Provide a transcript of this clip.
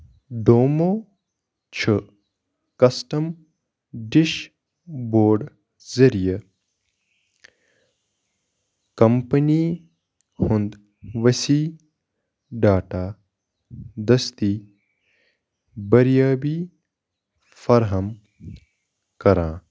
ڈومو چھُ custom dashboard ذٔریعہٕ company ہُنٛد ؤسیع ڈیٹا دٔستی باریٲبی فرہم کران